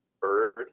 bird